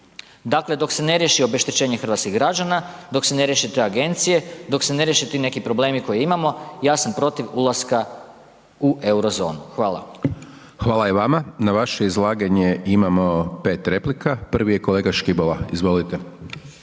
Dakle, dok se ne riješi obeštećenje hrvatskih građana, dok se riješe te agencije, dok se ne riješe ti neki problemi koje imamo ja sam protiv ulaska u euro zonu. Hvala. **Hajdaš Dončić, Siniša (SDP)** Hvala i vama. Na vaše izlaganje imamo 5 replika. Prvi je kolega Škibola.